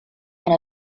and